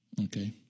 Okay